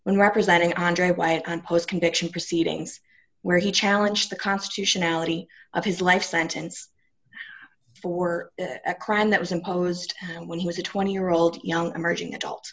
when representing andrea why on post conviction proceedings where he challenge the constitutionality of his life sentence for a crime that was imposed and when he was a twenty year old young emerging adult